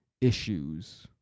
issues